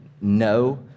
no